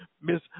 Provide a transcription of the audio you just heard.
Miss